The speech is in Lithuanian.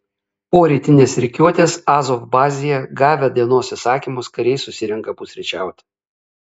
po rytinės rikiuotės azov bazėje gavę dienos įsakymus kariai susirenka pusryčiauti